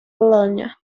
bologna